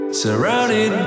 surrounded